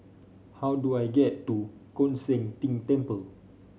how do I get to Koon Seng Ting Temple